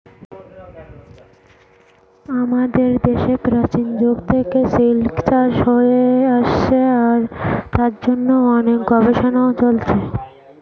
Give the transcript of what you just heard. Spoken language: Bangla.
আমাদের দেশে প্রাচীন যুগ থেকে সিল্ক চাষ হয়ে আসছে আর তার জন্য অনেক গবেষণাও চলছে